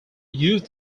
used